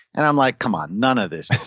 and i'm like, come on none of this